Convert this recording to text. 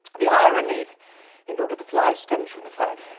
the irony in lord of the flies stems from the fact.